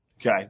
Okay